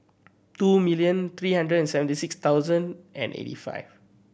two million three hundred and seventy six thousand and eighty five